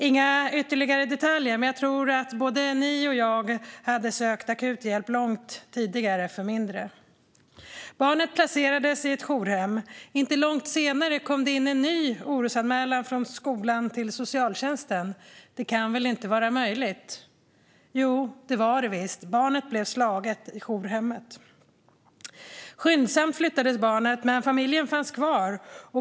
Jag ska inte gå in på detaljer, men jag tror att både ni och jag hade sökt akut hjälp långt tidigare för mindre. Inte långt senare kom en ny orosanmälan från skolan till socialtjänsten. Det kunde väl inte vara möjligt? Jo, det var det visst. Barnet blev slaget i jourhemmet. Skyndsamt flyttades barnet, men familjen finns kvar.